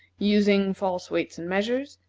using false weights and measures,